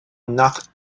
knocked